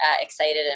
excited